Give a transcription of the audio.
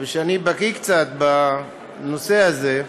שאני בקי קצת בנושא הזה,